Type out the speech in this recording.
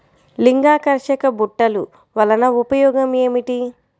లింగాకర్షక బుట్టలు వలన ఉపయోగం ఏమిటి?